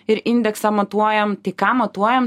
ir indeksą matuojam tai ką matuojam